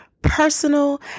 personal